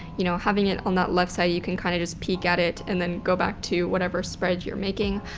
you know, having it on that left side, you can kinda kind of just peek at it and then go back to whatever spread you're making.